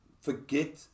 forget